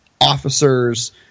officers